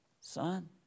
son